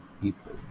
people